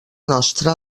nostra